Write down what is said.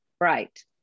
Right